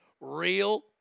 real